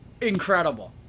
incredible